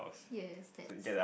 yes that's